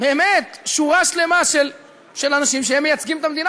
באמת שורה שלמה של אנשים שמייצגים את המדינה,